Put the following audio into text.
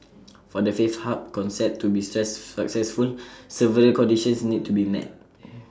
for the faith hub concept to be successful several conditions need to be met